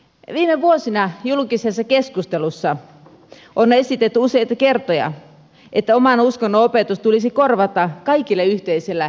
viime vuosina julkisessa keskustelussa on esitetty useita kertoja että oman uskonnon opetus tulisi korvata kaikille yhteisellä elämänkatsomustiedolla